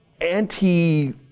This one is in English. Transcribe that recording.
anti-